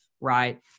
right